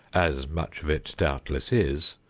as much of it doubtless is,